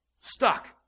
stuck